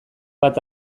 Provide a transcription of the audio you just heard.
bat